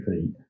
feet